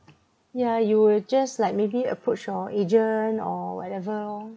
yeah you will just like maybe approach your agent or whatever lor